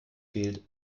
fehlt